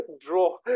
draw